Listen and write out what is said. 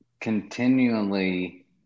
continually